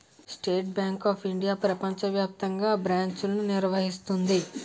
state Bank of India ప్రపంచ వ్యాప్తంగా బ్రాంచ్లను నిర్వహిస్తుంది